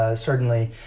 ah certainly,